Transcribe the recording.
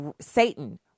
Satan